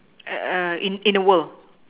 in in a world